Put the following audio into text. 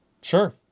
Sure